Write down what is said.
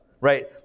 right